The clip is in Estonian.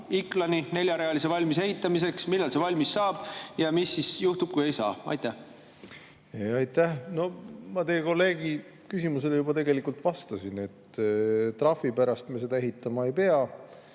Iklani neljarealise valmisehitamiseks, millal see valmis saab? Mis siis juhtub, kui ei saa? Aitäh! Ma teie kolleegi küsimusele juba vastasin, et trahvi pärast me seda ehitama ei pea.